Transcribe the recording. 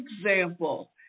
example